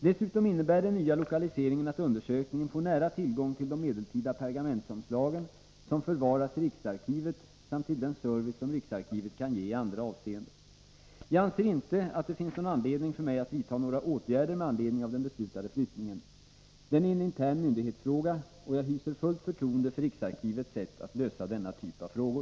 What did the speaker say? Dessutom innebär den nya lokaliseringen att undersökningen får nära tillgång till de medeltida pergamentomslagen, som förvaras i riksarkivet, samt till den service som riksarkivet kan ge i andra avseenden. Jag anser inte att det finns någon anledning för mig att vidta några åtgärder med anledning av den beslutade flyttningen. Den är en intern myndighetsfråga, och jag hyser fullt förtroende för riksarkivets sätt att lösa denna typ av frågor.